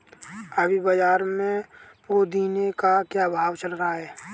अभी बाज़ार में पुदीने का क्या भाव चल रहा है